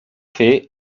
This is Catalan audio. fer